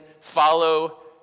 follow